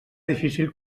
difícil